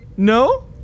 No